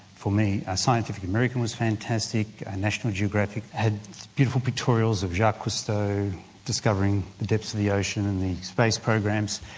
for me ah scientific american was fantastic. national geographic had beautiful pictorials of jacques cousteau discovering the depths of the ocean, and the space programs.